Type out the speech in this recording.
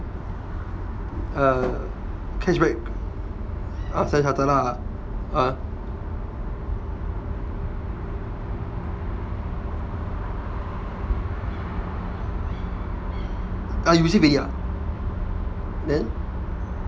err cashback ah Standard Chartered lah ah you received already ah then